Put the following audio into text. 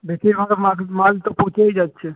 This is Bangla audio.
বেশীরভাগ মাল তো পচেই যাচ্ছে